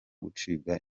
gucibwa